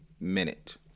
minute